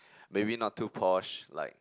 maybe not too posh like